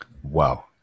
Wow